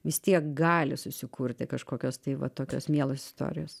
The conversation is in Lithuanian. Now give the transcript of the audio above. vis tiek gali susikurti kažkokios tai va tokios mielos istorijos